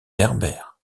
berbère